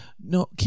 No